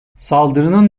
saldırının